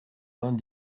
vingt